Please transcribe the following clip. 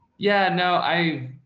yeah, no, i